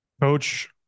Coach